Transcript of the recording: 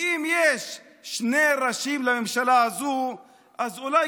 ואם יש שני ראשים לממשלה הזאת אז אולי